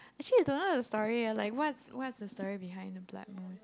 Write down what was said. actually I don't know the story eh like what what's the story behind the blood moon